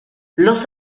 los